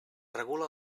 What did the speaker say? regula